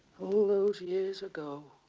all those years ago